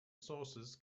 sources